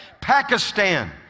Pakistan